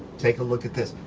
take a look at this.